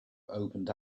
opened